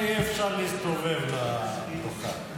עכשיו אפשר יהיה להסתובב לדוכן.